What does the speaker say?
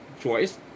choice